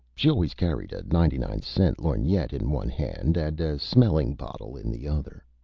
she always carried a ninety nine cent lorgnette in one hand and a smelling-bottle in the other.